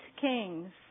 kings